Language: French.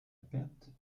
perte